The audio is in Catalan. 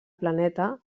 planeta